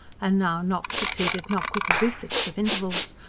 and now knock succeeded knock with the briefest of intervals,